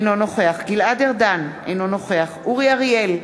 אינו נוכח גלעד ארדן, אינו נוכח אורי אריאל,